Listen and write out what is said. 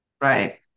Right